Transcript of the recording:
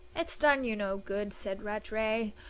it's done you no good, said rattray.